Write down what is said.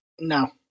No